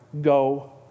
go